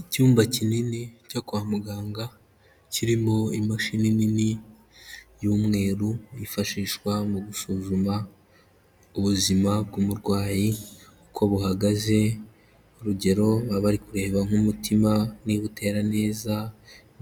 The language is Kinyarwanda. Icyumba kinini cyo kwa muganga, kirimo imashini nini y'umweru yifashishwa mu gusuzuma ubuzima bw'umurwayi uko buhagaze, urugero baba bari kureba nk'umutima niba utera neza,